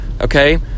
Okay